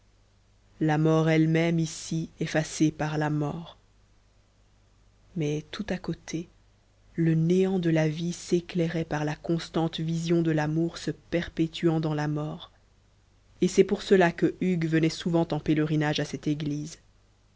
la mort elle-même ici effacée par la mort mais tout à côté le néant de la vie s'éclairait par la constante vision de l'amour se perpétuant dans la mort et c'est pour cela que hugues venait souvent en pèlerinage à cette église